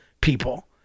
people